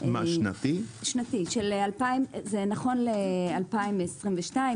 זה נכון ל-2022,